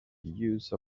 use